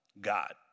God